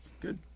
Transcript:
Good